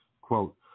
quote